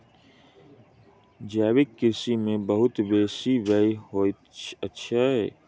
जैविक कृषि में बहुत बेसी व्यय होइत अछि